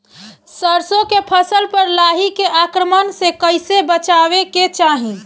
सरसो के फसल पर लाही के आक्रमण से कईसे बचावे के चाही?